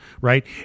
right